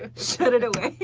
ah shut it away.